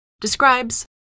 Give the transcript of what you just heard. describes